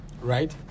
right